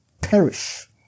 perish